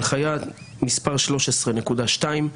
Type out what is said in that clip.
הנחיה מס' 13.2,